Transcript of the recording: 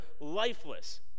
lifeless